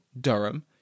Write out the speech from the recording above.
Durham